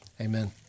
Amen